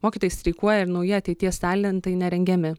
mokytojai streikuoja ir nauji ateities talentai nerengiami